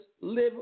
live